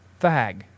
fag